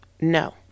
No